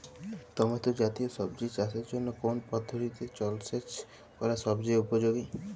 Tomato জাতীয় সবজি চাষের জন্য কোন পদ্ধতিতে জলসেচ করা সবচেয়ে উপযোগী?